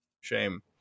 shame